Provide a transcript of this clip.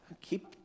keep